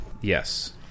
Yes